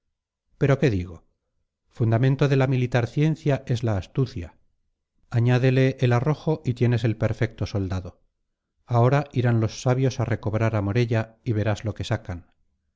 pero qué digo fundamento de la militar ciencia es la astucia añádele el arrojo y tienes el perfecto soldado ahora irán los sabios a recobrar a morella y verás lo que sacan